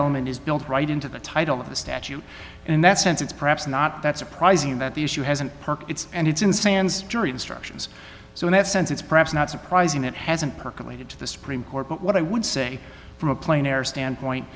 element is built right into the title of the statute and in that sense it's perhaps not that surprising that the issue hasn't parked its and it's in sans jury instructions so in that sense it's perhaps not surprising it hasn't percolated to the supreme court but what i would say from a plain error standpoint